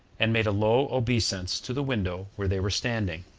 and made a low obeisance to the window where they were standing.